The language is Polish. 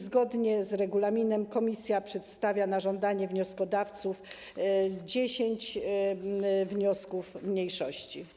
Zgodnie z regulaminem komisja przedstawia na żądanie wnioskodawców 10 wniosków mniejszości.